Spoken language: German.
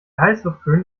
heißluftföhn